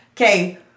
Okay